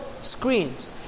screens